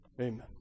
Amen